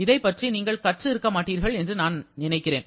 இதைப்பற்றி நீங்கள் கற்று இருக்க மாட்டீர்கள் என்று நான் நினைக்கிறேன்